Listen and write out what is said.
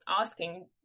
asking